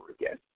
again